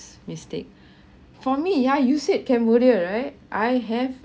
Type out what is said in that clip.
mistake for me ah you said cambodia right I have